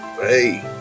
hey